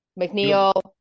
McNeil